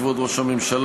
כבוד ראש הממשלה,